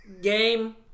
game